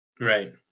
Right